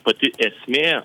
pati esmė